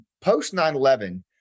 post-9-11